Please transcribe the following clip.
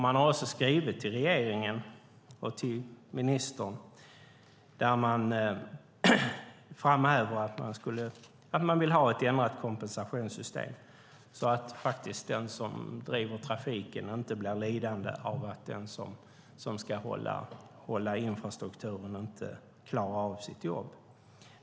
Man har också skrivit till regeringen och ministern och framhållit att man vill ha ett ändrat kompensationssystem så att den som driver trafiken inte blir lidande av att den som ska hålla i infrastrukturen inte klarar av sitt jobb.